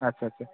আচ্ছা আচ্ছা